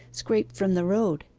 scraped from the road.